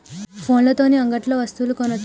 ఫోన్ల తోని అంగట్లో వస్తువులు కొనచ్చా?